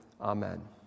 Amen